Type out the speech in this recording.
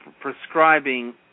prescribing